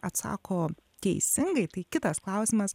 atsako teisingai tai kitas klausimas